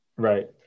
Right